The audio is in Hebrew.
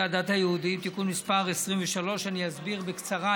הדת היהודיים (תיקון מס' 23). אני אסביר בקצרה,